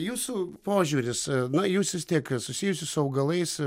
jūsų požiūris na jūs vis tiek susijusi su augalais